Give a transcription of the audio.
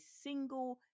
single